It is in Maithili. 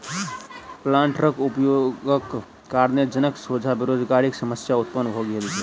प्लांटरक उपयोगक कारणेँ जनक सोझा बेरोजगारीक समस्या उत्पन्न भ गेल छै